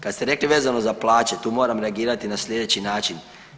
Kad ste rekli vezano za plaće, tu moram reagirati na sljedeći način.